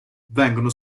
vengono